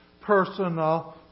personal